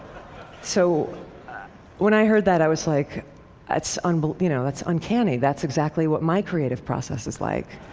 so when i heard that i was like that's and you know that's uncanny, that's exactly what my creative process is like.